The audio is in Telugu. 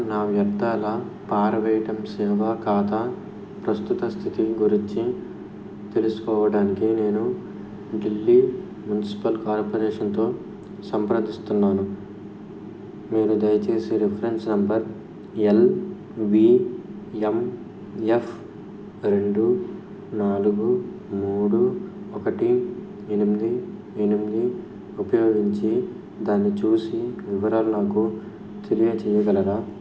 నా వ్యర్థాల పారవేయటం సేవా ఖాతా ప్రస్తుత స్థితిని గురించి తెలుసుకోవడానికి నేను ఢిల్లీ మునిసిపల్ కార్పొరేషన్తో సంప్రదిస్తున్నాను మీరు దయచేసి reference number L V M F రెండు నాలుగు మూడు ఒకటి ఎనిమిది ఎనిమిది ఉపయోగించి దాన్ని చూసి వివరాలు నాకు తెలియజేయగలరా